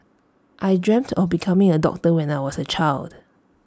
I dreamt of becoming A doctor when I was A child